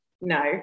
no